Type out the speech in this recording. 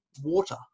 water